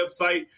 website